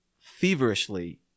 feverishly